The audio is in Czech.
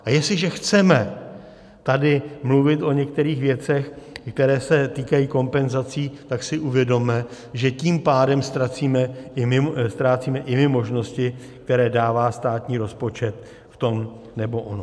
A jestliže chceme tady mluvit o některých věcech, které se týkají kompenzací, tak si uvědomme, že tím pádem ztrácíme i my možnosti, které dává státní rozpočet v tom nebo onom.